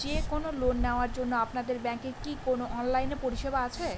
যে কোন লোন নেওয়ার জন্য আপনাদের ব্যাঙ্কের কি কোন অনলাইনে পরিষেবা আছে?